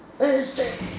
open